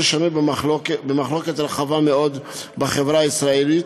שנוי במחלוקת רחבה מאוד בחברה הישראלית,